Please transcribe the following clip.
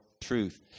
truth